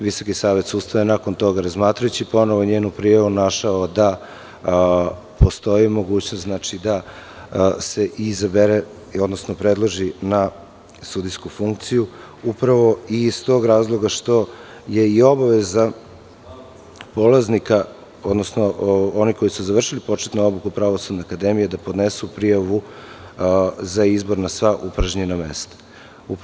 Visoki savet sudstva je razmatrajući ponovo njenu prijavu našao da postoji mogućnost da se predloži na sudijsku funkciju iz tog razloga što je obaveza polaznika odnosno onih koji su završili početku obuku Pravosudne akademije da podnesu prijavu za izbor na sva upražnjena mesta.